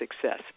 success